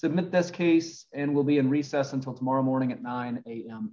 submit this case and will be in recess until tomorrow morning at nine a